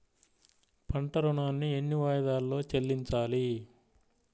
పంట ఋణాన్ని ఎన్ని వాయిదాలలో చెల్లించాలి?